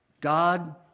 God